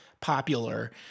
popular